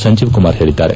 ಸಂಜೀವ್ ಕುಮಾರ್ ಹೇಳಿದ್ದಾರೆ